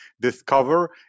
discover